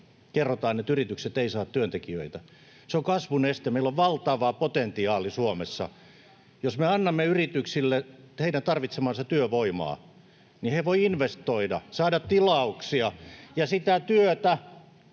kerrotaan, että yritykset eivät saa työntekijöitä. Se on kasvun este. Meillä on valtava potentiaali Suomessa. Jos me annamme yrityksille heidän tarvitsemaansa työvoimaa, niin he voivat investoida, [Maria Guzeninan välihuuto]